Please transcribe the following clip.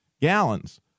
gallons